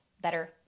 better